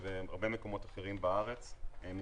ובהרבה מאוד מקומות אחרים בארץ מתמודדים עם